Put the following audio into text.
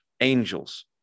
Angels